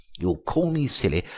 you'll call me silly,